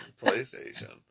PlayStation